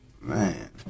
man